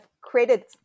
created